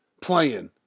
playing